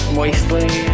moistly